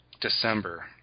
December